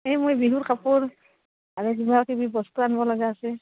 এই মই বিহু কাপোৰ আৰু কিবা কিবি বস্তু আনিব লগা আছে